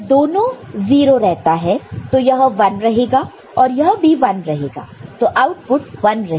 जब दोनों 0 रहता है तो यह 1 रहेगा और यह भी 1 रहेगा तो आउटपुट 1 रहेगा